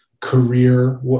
career